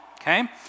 okay